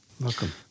welcome